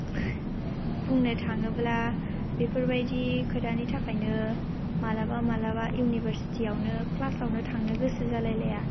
बुंनो थाङोब्ला बेफोरबायदि खोथानि थाखायनो मालाबा मालाबा इउनिभार्सिटीआवनो क्लासआवनो थांनो गोसो जालायलाया